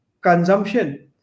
consumption